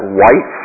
white